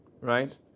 right